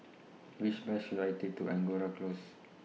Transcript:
Which Bus should I Take to Angora Close